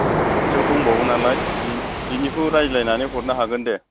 आरो खाथियाव दंबावो नालाय बिनि बिनिखौ रायज्लायनानै हरनो हागोन दे